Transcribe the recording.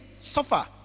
suffer